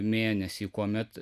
mėnesį kuomet